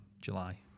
July